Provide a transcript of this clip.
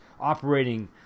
operating